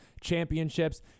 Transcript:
championships